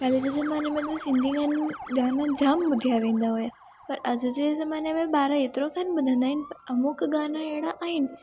पहिर्ं जे ज़माने में त सिंधी गाना जाम ॿुधिया वेंदा हुया पर अॼ जे जमानें में ॿार एतिरो कोन्ह बुधंदा आहिनि पर अमुक गाना अहिड़ा आहिनि